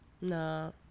No